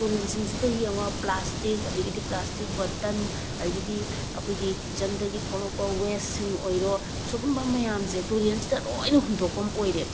ꯇꯨꯔꯦꯜꯁꯤꯡꯁꯤꯗ ꯌꯦꯡꯉꯣ ꯄ꯭ꯂꯥꯁꯇꯤꯛ ꯑꯗꯒꯤꯗꯤ plastic button ꯑꯗꯒꯤꯗꯤ ꯑꯩꯈꯣꯏꯒꯤ ꯀꯤꯠꯆꯟꯗꯒꯤ ꯊꯣꯛꯂꯛꯄ ꯋꯦꯁꯁꯤꯡ ꯑꯣꯏꯔꯣ ꯁꯨꯒꯨꯝꯕ ꯃꯌꯥꯝꯁꯦ ꯇꯨꯔꯦꯟꯁꯤꯗ ꯂꯣꯏꯅ ꯍꯨꯟꯗꯣꯛꯐꯝ ꯑꯣꯏꯔꯦꯕ